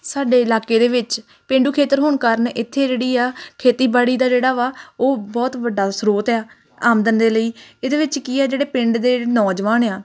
ਸਾਡੇ ਇਲਾਕੇ ਦੇ ਵਿੱਚ ਪੇਂਡੂ ਖੇਤਰ ਹੋਣ ਕਾਰਨ ਇੱਥੇ ਜਿਹੜੀ ਆ ਖੇਤੀਬਾੜੀ ਦਾ ਜਿਹੜਾ ਵਾ ਉਹ ਬਹੁਤ ਵੱਡਾ ਸਰੋਤ ਆ ਆਮਦਨ ਦੇ ਲਈ ਇਹਦੇ ਵਿੱਚ ਕੀ ਹੈ ਜਿਹੜੇ ਪਿੰਡ ਦੇ ਨੌਜਵਾਨ ਆ